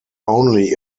only